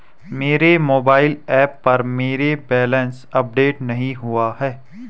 मेरे mobile app पर मेरा बैलेंस अपडेट नहीं हुआ है